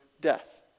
death